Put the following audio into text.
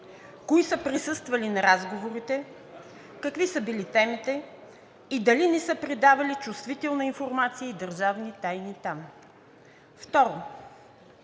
Кои са присъствали на разговорите? Какви са били темите и дали не са предавали чувствителна информация и държавни тайни там? 2.